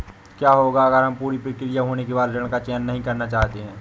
क्या होगा अगर हम पूरी प्रक्रिया पूरी होने के बाद ऋण का चयन नहीं करना चाहते हैं?